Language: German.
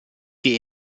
die